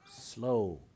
slow